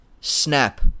snap